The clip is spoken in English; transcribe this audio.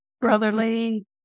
brotherly